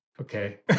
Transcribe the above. okay